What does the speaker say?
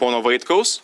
pono vaitkaus